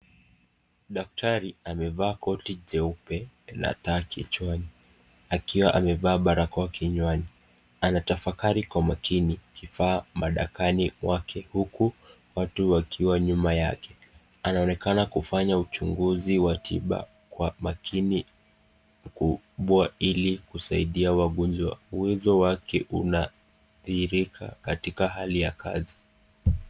Daktari amevaa koti jeupe na taa kichwani, akiwa amevaa barakoa kinywani. Anatafakari kwa umakini kifaa madakani wake huku, watu wakiwa nyuma yake. Anaonekana kufanya uchunguzi wa tiba kwa makini mkubwa ili kusaidia wagonjwa. Uwezo wake unadhihirika katika hali ya kazi.